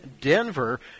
Denver